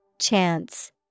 Chance